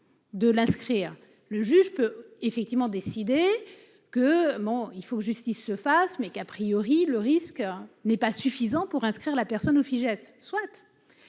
De l'inscrire le juge peut effectivement décidé que, bon, il faut que justice se fasse mais qu'a priori le risque n'est pas suffisant pour inscrire la personne au Fijais